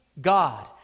God